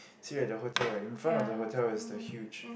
see at the hotel right in front of the hotel is the huge